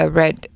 red